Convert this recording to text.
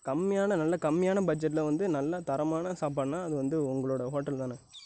கம்மியான நல்ல கம்மியான பட்ஜெட்டில் வந்து நல்ல தரமான சாப்பாடுனால் அது வந்து உங்களோடய ஹோட்டல் தாண்ணே